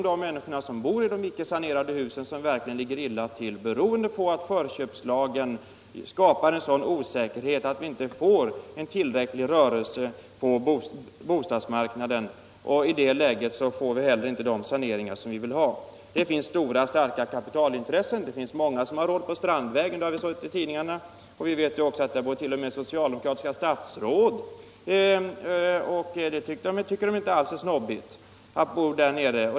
De människor som bor i de icke åtgärdade saneringsmogna husen ligger verkligen illa till, och det beror på att förköpslagen skapar en sådan osäkerhet att vi inte får en tillräcklig rörelse på bostadsmarknaden. I det läget får vi inte heller de saneringar som vi vill ha. Det finns stora och starka kapitalintressen, och vi har i tidningarna sett att många har råd att bo på Strandvägen. Där bor t.o.m. socialdemokratiska statsråd, och de tycker inte alls att det är snobbigt.